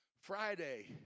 Friday